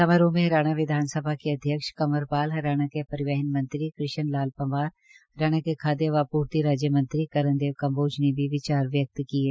समारोह मे हरियाणा विधानसभा के अध्यक्ष कंवल पाल हरियाणा के परिवहन मंत्री कृष्ण लाल पंवार हरियाणा के खाद्य व आपूर्ति राज्य मंत्री कर्णदेव कम्बोज ने भी विचार व्यक्त किये